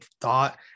thought